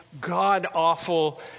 God-awful